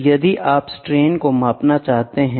तो यदि आप स्ट्रेन को मापना चाहते हैं